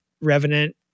Revenant